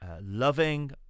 loving